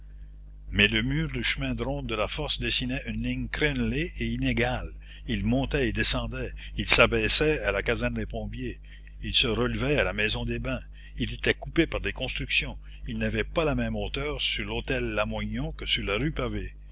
mais le mur du chemin de ronde de la force dessinait une ligne crénelée et inégale il montait et descendait il s'abaissait à la caserne des pompiers il se relevait à la maison des bains il était coupé par des constructions il n'avait pas la même hauteur sur l'hôtel lamoignon que sur la rue pavée